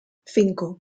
cinco